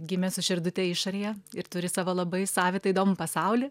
gimė su širdute išorėje ir turi savo labai savitą įdomų pasaulį